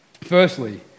Firstly